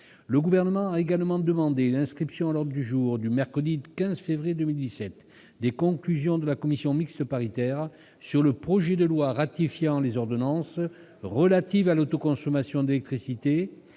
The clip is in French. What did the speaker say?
Le Gouvernement a également demandé l'inscription à l'ordre du jour du mercredi 15 février 2017 des conclusions de la commission mixte paritaire sur le projet de loi ratifiant les ordonnances relatives à l'autoconsommation d'électricité